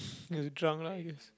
drunk lah i guess